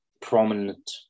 prominent